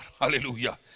hallelujah